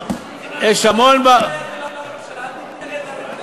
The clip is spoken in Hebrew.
הממשלה, אל תתנגד להצעת החוק.